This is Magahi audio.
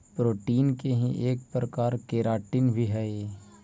प्रोटीन के ही एक प्रकार केराटिन भी हई